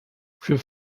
für